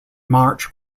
march